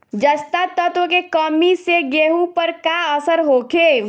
जस्ता तत्व के कमी से गेंहू पर का असर होखे?